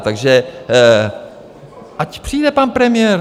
Takže ať přijde pan premiér.